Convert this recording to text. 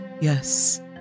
yes